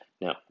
Now